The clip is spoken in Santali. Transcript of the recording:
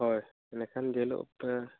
ᱦᱳᱭ ᱤᱱᱟᱹ ᱠᱷᱟᱱ ᱡᱮ ᱦᱤᱞᱳᱜ